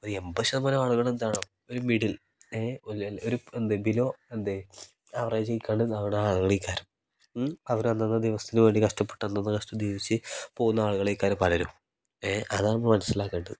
ഒരു എമ്പത് ശതമാനം ആളുകൾ എന്താണ് ഒരു മിഡിൽ ഏ ഒരു എന്ത് ബിലോ എന്ത് ആവറേജ് ചെയക്കാണ്ട് അവിടെ ആളുകളേക്കാരും മ് അവർ അന്നന്ന് ദിവസത്തിന് വേണ്ടി കഷ്ടപ്പെട്ട് അന്നന്ന് കഷ്ടം ജീവിച്ച് പോകുന്ന ആളുകളേക്കാരും പലരും ഏ അതാണ് മനസ്സിലാക്കേണ്ടത്